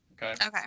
Okay